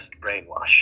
brainwash